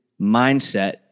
mindset